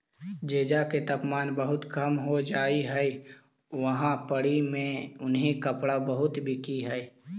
जेजा के तापमान बहुत कम हो जा हई उहाँ पड़ी ई उन्हीं कपड़ा बहुत बिक हई